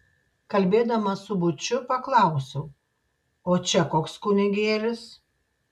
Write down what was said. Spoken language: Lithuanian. kalbėdamas su būčiu paklausiau o čia koks kunigėlis